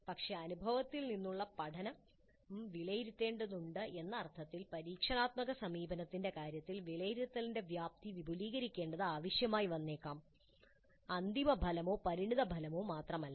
പക്ഷേ അനുഭവത്തിൽ നിന്നുള്ള പഠനം വിലയിരുത്തേണ്ടതുണ്ട് എന്ന അർത്ഥത്തിൽ പരീക്ഷണാത്മക സമീപനത്തിന്റെ കാര്യത്തിൽ വിലയിരുത്തലിന്റെ വ്യാപ്തി വിപുലീകരിക്കേണ്ടത് ആവശ്യമായി വന്നേക്കാം അന്തിമഫലമോ പരിണതഫലമോ മാത്രമല്ല